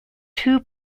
two